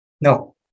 No